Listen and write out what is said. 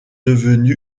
devenu